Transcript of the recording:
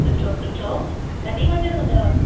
सुठो सुठो कॾहिं वञिणो अथव